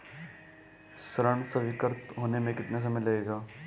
ऋण स्वीकृत होने में कितना समय लगेगा?